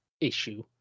issue